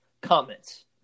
comments